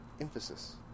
Emphasis